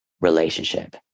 relationship